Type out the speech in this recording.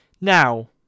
Now